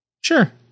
Sure